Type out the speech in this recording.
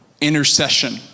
intercession